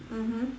mmhmm